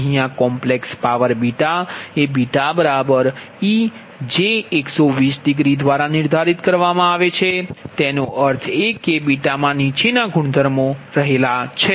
અહીયા complex power beta એ βej120દ્વારા નિર્ધારિત કરવામાં આવે છે તેનો અર્થ એ કે માં નીચેના ગુણધર્મો છે